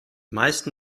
meisten